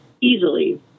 easily